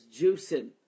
juicing